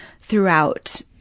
throughout